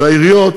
העיריות